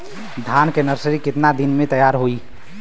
धान के नर्सरी कितना दिन में तैयार होई?